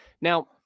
Now